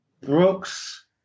Brooks